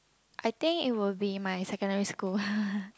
I think it would be my secondary school